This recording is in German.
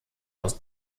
aus